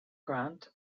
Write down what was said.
grant